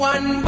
One